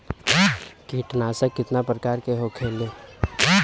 कीटनाशक कितना प्रकार के होखेला?